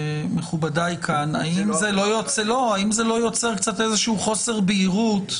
האם זה לא יוצר איזשהו חוסר בהירות?